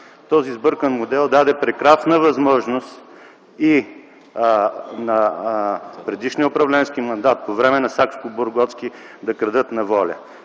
Този сбъркан модел даде прекрасна възможност и на предишния управленски мандат – по време на Сакскобургготски, да крадат на воля.